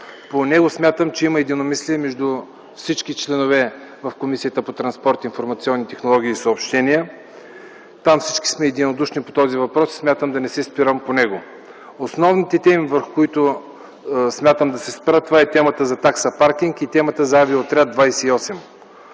По него смятам, че има единомислие във всички членове на Комисията по транспорт, информационни технологии и съобщения. Там всички сме единодушни по този въпрос и смятам да не се спирам на него. Основните теми, на които ще се спра – темата за такса паркинг и темата за Авиоотряд 28.